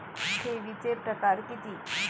ठेवीचे प्रकार किती?